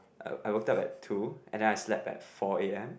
i wo~ I woke up at two and I slept back four A_M